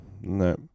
no